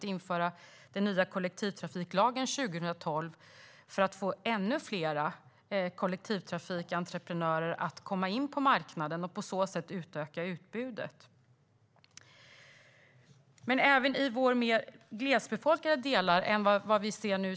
Man införde den nya kollektivtrafiklagen 2012 för att få ännu fler kollektivtrafikentreprenörer att komma in på marknaden och på så sätt utöka utbudet. Detta gäller även i mer glesbefolkade delar.